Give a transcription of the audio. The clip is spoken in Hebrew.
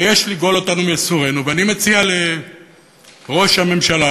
ויש לגאול אותנו מייסורינו, ואני מציע לראש הממשלה